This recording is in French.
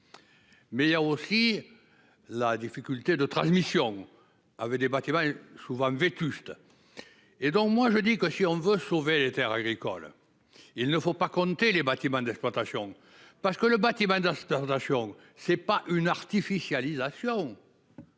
Mais il y a aussi la difficulté de transmission, avait des bâtiments, souvent vétustes. Et donc moi je dis que si on veut sauver les Terres agricoles. Il ne faut pas compter les bâtiments d'exploitation parce que le bâtiment d'abstention. C'est pas une artificialisation.